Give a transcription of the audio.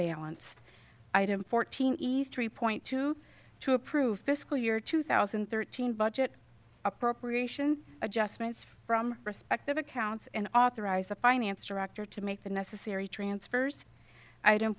balance item fourteen e's three point two two approved fiscal year two thousand and thirteen budget appropriation adjustments from respective accounts and authorize the finance director to make the necessary transfers i